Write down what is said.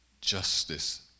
justice